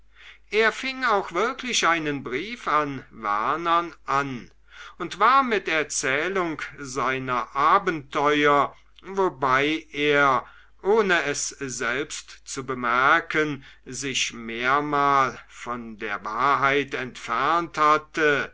er fing auch wirklich einen brief an wernern an und war mit erzählung seiner abenteuer wobei er ohne es selbst zu bemerken sich mehrmal von der wahrheit entfernt hatte